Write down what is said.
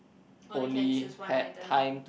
only can choose one item